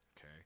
Okay